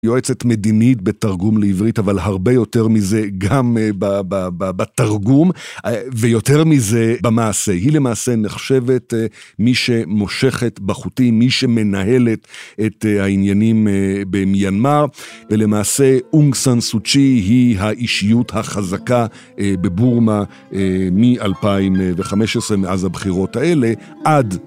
יועצת מדינית בתרגום לעברית, אבל הרבה יותר מזה גם בתרגום ויותר מזה במעשה. היא למעשה נחשבת מי שמושכת בחוטים, מי שמנהלת את העניינים במיינמר, ולמעשה אונגסן סוצ'י היא האישיות החזקה בבורמה מ-2015, מאז הבחירות האלה, עד